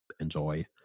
enjoy